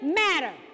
matter